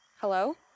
hello